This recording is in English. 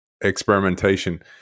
experimentation